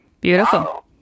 Beautiful